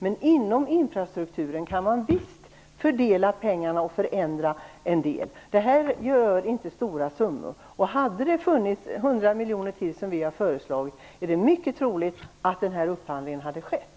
Men inom infrastrukturens område kan man fördela pengarna och förändra en del. Det handlar inte om stora summor. Om det hade funnits 100 miljoner till, som vi har föreslagit, är det mycket troligt att denna upphandling hade skett.